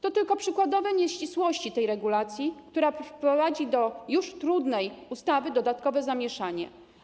To tylko przykładowe nieścisłości tej regulacji, która wprowadzi do już trudnej ustawy dodatkowe zamieszanie.